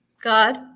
God